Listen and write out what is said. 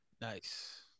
Nice